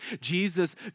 Jesus